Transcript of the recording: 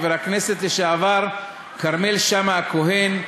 חבר הכנסת לשעבר כרמל שאמה-הכהן,